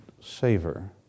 savor